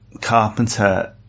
Carpenter